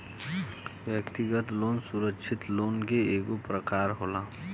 व्यक्तिगत लोन सुरक्षित लोन के एगो प्रकार होला